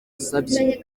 asabye